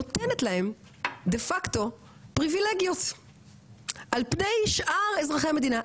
נותנת להם דה פקטו פריבילגיות על פני שאר אזרחי המדינה.